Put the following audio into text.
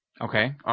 Okay